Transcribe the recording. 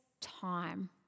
time